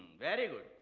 very good.